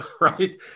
right